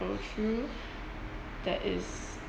go through that is